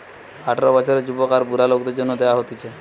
আঠারো বছরের যুবক আর বুড়া লোকদের জন্যে দেওয়া হতিছে